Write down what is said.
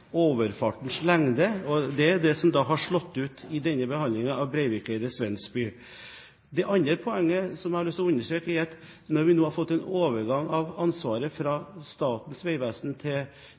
overfartens lengde. Og det er det som har slått ut i denne behandlingen av sambandet Breivikeidet–Svensby. Det andre poenget som jeg har lyst til å understreke, er at når ansvaret nå er overført fra Statens vegvesen til